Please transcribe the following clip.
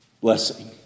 blessing